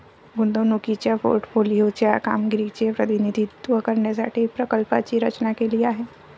गुंतवणुकीच्या पोर्टफोलिओ च्या कामगिरीचे प्रतिनिधित्व करण्यासाठी प्रकल्पाची रचना केली आहे